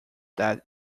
that